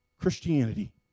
Christianity